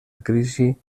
crisi